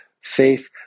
faith